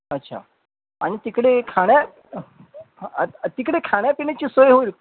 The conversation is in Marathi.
अच्छा आणि तिकडे खाण्या ह तिकडे खाण्यापिण्याची सोय होईल